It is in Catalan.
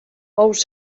ous